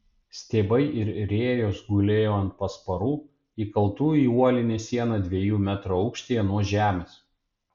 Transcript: stiebai ir rėjos gulėjo ant pasparų įkaltų į uolinę sieną dviejų metrų aukštyje nuo žemės